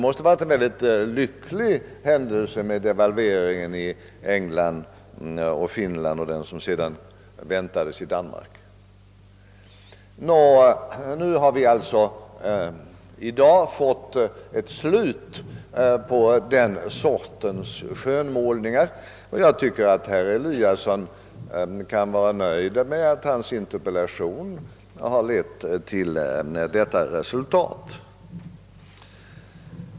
Devalveringen i England, Finland och den förväntade i Danmark måste alltså ha varit en mycket lycklig händelse. Nu har vi alltså i dag fått ett slut på den sortens skönmålningar, och jag tycker att herr Eliasson i Sundborn kan vara nöjd med att hans interpellation har lett till detta resultat.